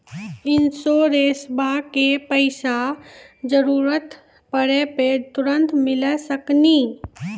इंश्योरेंसबा के पैसा जरूरत पड़े पे तुरंत मिल सकनी?